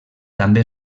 també